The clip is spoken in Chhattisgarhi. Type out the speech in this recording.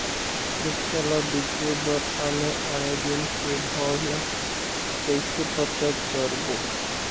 मिरचा ला बेचे बर आने आने दिन के भाव ला कइसे पता करबो?